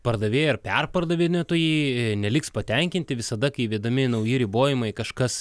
pardavėjai ar perpardavinėtojai neliks patenkinti visada kai įvedami nauji ribojimai kažkas